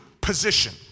position